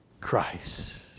Christ